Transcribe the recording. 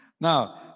Now